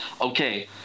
okay